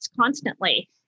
constantly